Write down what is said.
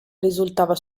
risultava